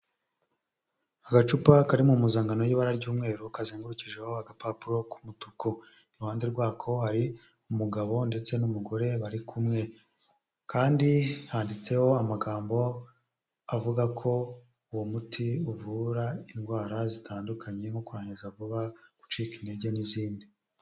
Agacupa kari mu mpuzankano y'ibara ry'umweru, kazengurukijeho agapapuro k'umutuku, iruhande rwako hari umugabo ndetse n'umugore bari kumwe kandi handitseho amagambo avuga ko uwo muti uvura indwara zitandukanye, nko kurangiza vuba gucika intege n'izindi.